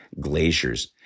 glaciers